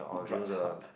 drugs hub